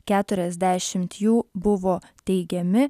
keturiasdešimt jų buvo teigiami